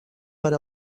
per